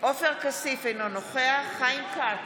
עופר כסיף, אינו נוכח חיים כץ,